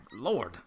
lord